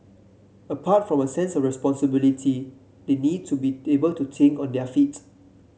apart from a sense of responsibility they need to be able to think on their feet